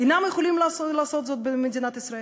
אינם יכולים לעשות זאת במדינת ישראל.